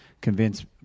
convince